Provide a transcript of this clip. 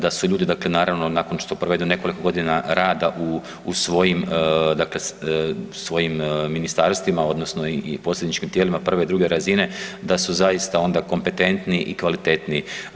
Da su ljudi dakle naravno nakon što provedu nekoliko godina rada u svojim dakle svojim ministarstvima odnosno i posredničkim tijelima 1 i 2 razine da su zaista onda kompetentni i kvalitetniji.